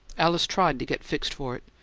alice tried to get fixed for it.